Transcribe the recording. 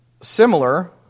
similar